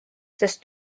sest